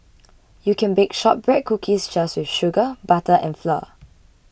you can bake Shortbread Cookies just with sugar butter and flour